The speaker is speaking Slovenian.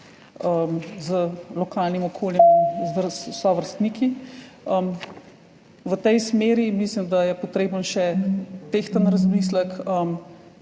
z lokalnim okoljem in s sovrstniki. V tej smeri mislim, da je potreben še tehten razmislek.